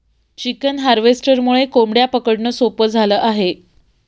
chicken हार्वेस्टरमुळे कोंबड्या पकडणं सोपं झालं आहे